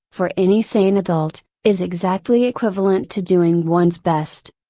for any sane adult, is exactly equivalent to doing one's best.